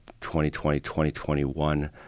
2020-2021